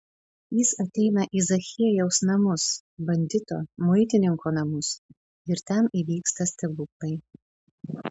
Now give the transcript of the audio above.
jis ateina į zachiejaus namus bandito muitininko namus ir ten įvyksta stebuklai